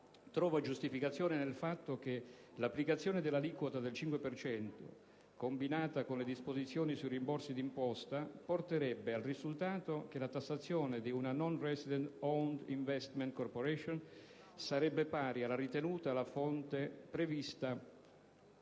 trova giustificazione nel fatto che l'applicazione dell'aliquota del 5 per cento, combinata con le disposizioni sui rimborsi d'imposta, porterebbe al risultato che la tassazione di una *non resident-owned* *investment corporation* sarebbe pari alla ritenuta alla fonte prevista